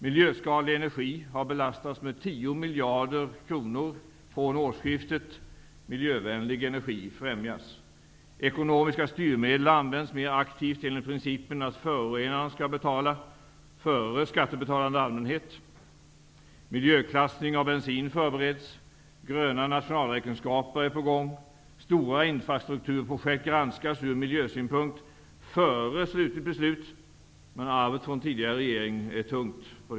Miljöskadlig energi har belastats med tio miljarder kronor från årsskiftet, medan miljövänlig energi främjas. Ekonomiska styrmedel används mer aktivt enligt principen att förorenaren skall betala före skattebetalande allmänhet. Gröna nationalräkenskaper är på gång. Stora infrastrukturprojekt granskas ur miljösynpunkt före slutligt beslut, men arvet från tidigare regering är tungt.